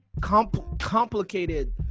complicated